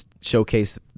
showcase